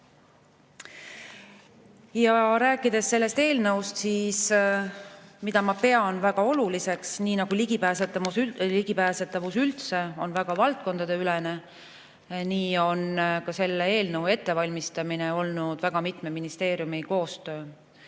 Rääkides sellest eelnõust, pean ma väga oluliseks seda, et nii nagu ligipääsetavus üldse on valdkondadeülene, nii on ka selle eelnõu ettevalmistamine olnud mitme ministeeriumi koostöö.